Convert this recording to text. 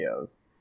videos